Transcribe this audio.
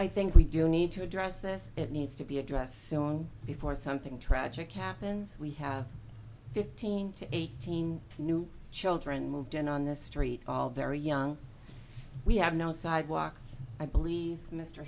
i think we do need to address this it needs to be addressed so on before something tragic happens we have fifteen to eighteen new children moved in on the street all very young we have no sidewalks i believe mr